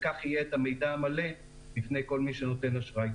וכך יהיה את המידע המלא בפני כל מי שנותן אשראי.